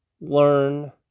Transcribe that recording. learn